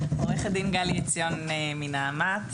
עו"ד גלי עציון מנעמת.